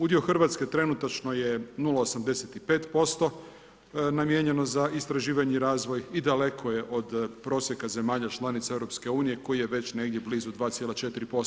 Udio Hrvatske trenutačno je 0,85% namijenjeno za istraživanje i razvoj i daleko je od prosjeka zemalja članica EU koji je već negdje blizu 2,4%